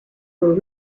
were